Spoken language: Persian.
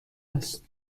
است